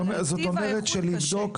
אבל על טיב האיכות קשה.